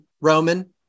Roman